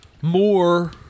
More